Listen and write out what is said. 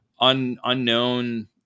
unknown